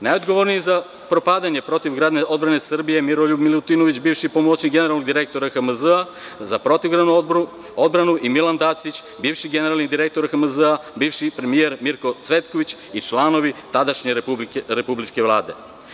Najodgovorniji za propadanje protivgradne odbrane Srbije je Miroljub Milutinović, bivši pomoćnik generalnog direktora RHMZ-a za protivgradnu odbranu i Milan Dacić, bivši generalni direktor RHMZ-a, bivši premijer Mirko Cvetković i članovi tadašnje republičke Vlade.